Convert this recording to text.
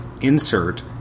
insert